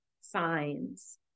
signs